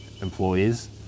employees